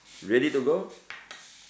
ready to go